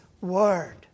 word